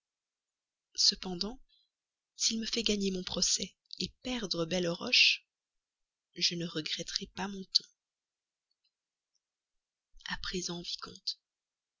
cependant s'il me fait gagner mon procès perdre belleroche je ne regretterai pas mon temps a présent